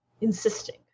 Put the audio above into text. insisting